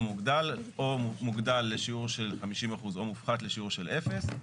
מוגדל או מוגדל לשיעור של 50% או מופחת לשיעור של אפס.